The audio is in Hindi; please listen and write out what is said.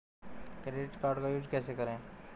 क्रेडिट कार्ड का यूज कैसे करें?